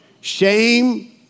shame